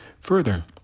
Further